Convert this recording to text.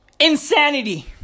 Insanity